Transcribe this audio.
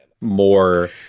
more